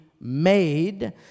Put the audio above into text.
made